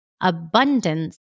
abundance